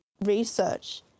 research